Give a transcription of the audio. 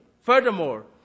Furthermore